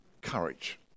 courage